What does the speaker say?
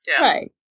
Right